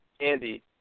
Andy